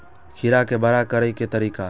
खीरा के बड़ा करे के तरीका?